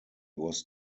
was